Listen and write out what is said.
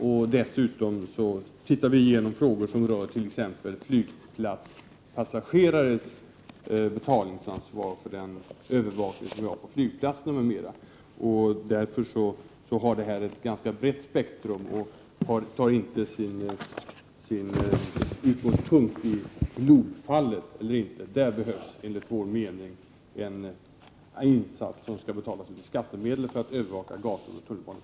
Civildepartementet ser dessutom över frågor som gäller t.ex. passagerares betalningsansvar för den övervakning som vi har på flygplatser m.m. Denna fråga har ett ganska brett spektrum, och den är inte begränsad till Globen. Enligt vår mening skall insatsen för att övervaka gator och tunnelbanor i det fallet betalas med skattemedel.